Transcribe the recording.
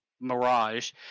mirage